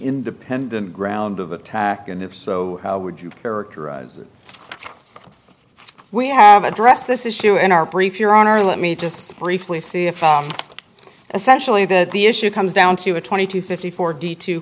independent ground of attack and if so would you characterize it we have addressed this issue in our brief your honor let me just briefly see if essentially that the issue comes down to a twenty two fifty four d t